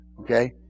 okay